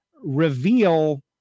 reveal